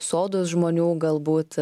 sodus žmonių galbūt